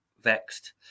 vexed